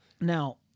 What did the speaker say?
now